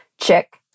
Chick